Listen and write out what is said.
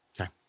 okay